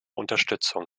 unterstützung